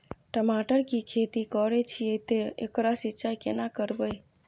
टमाटर की खेती करे छिये ते एकरा सिंचाई केना करबै?